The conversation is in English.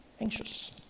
anxious